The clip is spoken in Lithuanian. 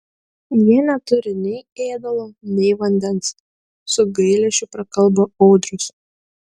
jie neturi nei ėdalo nei vandens su gailesčiu prakalbo audrius